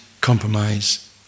compromise